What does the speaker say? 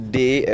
day